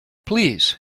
please